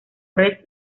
res